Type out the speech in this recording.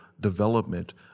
development